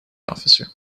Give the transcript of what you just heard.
officer